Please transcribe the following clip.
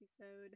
episode